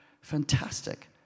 Fantastic